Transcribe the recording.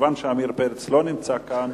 מכיוון שעמיר פרץ לא נמצא כאן,